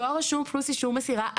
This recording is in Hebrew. דואר רשום פלוס אישור מסירה,